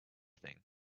thing